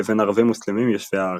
לבין ערבים-מוסלמים יושבי הארץ.